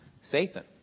Satan